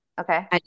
Okay